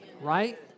Right